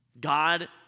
God